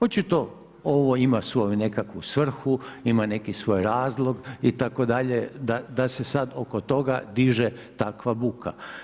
Očito ovo ima svoju nekakvu svrhu, ima neki svoj razlog itd. da se sad oko toga diže takva buka.